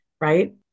right